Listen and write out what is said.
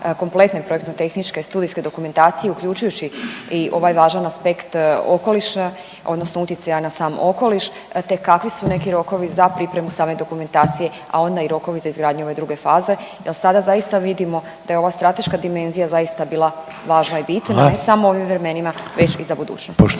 kompletne projektno-tehničke studijske dokumentacije uključujući i ovaj važan aspekt okoliša odnosno utjecaja na sam okoliš te kakvi su neki rokovi za pripremu same dokumentacije, a onda i rokovi za izgradnju ove druge faze jel sada zaista vidimo da je ova strateška dimenzija zaista bila važna i bitna …/Upadica Reiner: Hvala./… ne samo u ovim vremenima već i za budućnost?